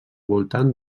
voltant